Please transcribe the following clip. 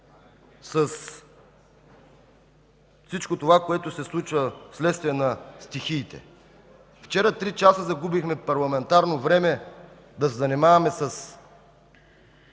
с всичко това, което се случва вследствие на стихиите. Вчера загубихме три часа парламентарно време да се занимаваме с